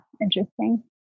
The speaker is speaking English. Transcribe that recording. interesting